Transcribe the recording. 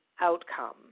outcome